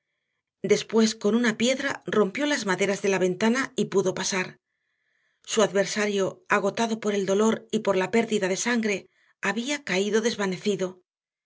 después con una piedra rompió las maderas de la ventana y pudo pasar su adversario agotado por el dolor y por la pérdida de sangre había caído desvanecido